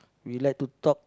we like to talk